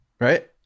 Right